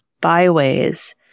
byways